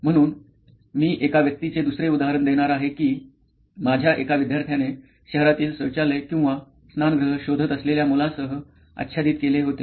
म्हणून मी एका व्यक्तीचे दुसरे उदाहरण देणार आहे की माझ्या एका विद्यार्थ्याने शहरातील शौचालय किंवा स्नानगृह शोधत असलेल्या मुलासह आच्छादित केले होते